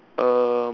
um